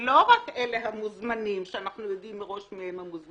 לא רק אלה המוזמנים שאנחנו יודעים מראש מי הם,